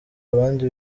abandi